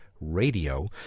radio